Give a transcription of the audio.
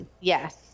Yes